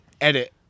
edit